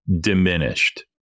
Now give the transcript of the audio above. diminished